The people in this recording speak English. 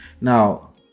now